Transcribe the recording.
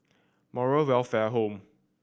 Moral Welfare Home